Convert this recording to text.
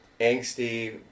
angsty